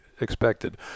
expected